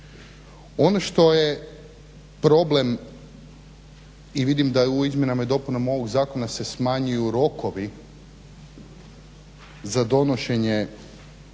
Ono što je problem i vidim da u izmjenama i dopunama ovog zakona se smanjuju rokovi za donošenje